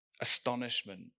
astonishment